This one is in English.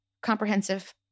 comprehensive